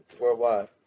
worldwide